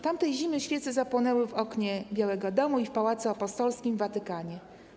Tamtej zimy świece zapłonęły w oknie Białego Domu i w Pałacu Apostolskim w Watykanie.